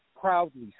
proudly